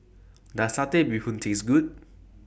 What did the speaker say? Does Satay Bee Hoon Taste Good